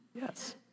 yes